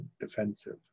defensive